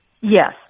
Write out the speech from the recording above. Yes